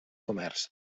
comerç